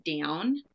down